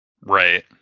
Right